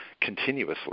continuously